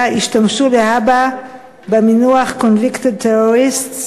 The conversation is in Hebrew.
ישתמשו להבא במינוח convicted terrorists?